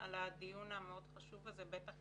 על הדיון המאוד חשוב הזה, בטח